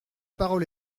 parole